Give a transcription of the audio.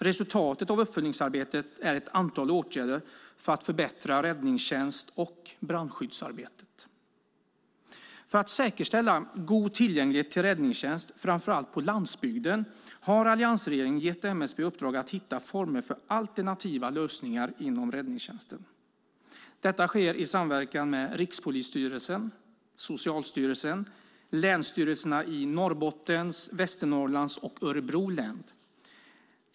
Resultatet av uppföljningsarbetet är ett antal åtgärder för att förbättra räddningstjänst och brandskyddsarbetet. För att säkerställa god tillgänglighet till räddningstjänst, framför allt på landsbygden, har alliansregeringen gett MSB i uppdrag att hitta former för alternativa lösningar inom räddningstjänsten. Detta sker i samverkan med Rikspolisstyrelsen, Socialstyrelsen samt länsstyrelserna i Norrbottens, Västernorrlands och Örebro län.